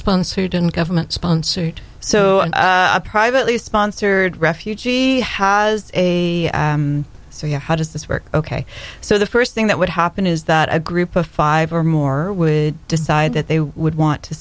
sponsored and government sponsored so a privately sponsored refugee has a so how does this work ok so the first thing that would happen is that a group of five or more would decide that they would want to